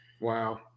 Wow